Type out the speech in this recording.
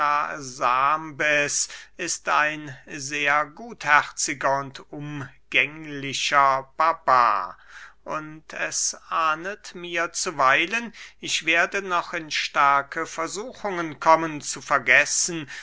ist ein sehr gutherziger und umgänglicher barbar und es ahnet mir zuweilen ich werde noch in starke versuchungen kommen zu vergessen